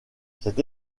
cette